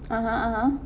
(uh huh) (uh huh)